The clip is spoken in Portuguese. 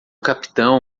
capitão